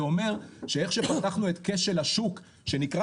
זה אומר שאיך שפתחנו את כשל השוק שנקרא